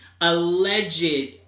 alleged